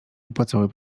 wypłacały